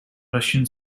russian